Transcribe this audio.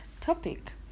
topic